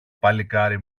παλικάρι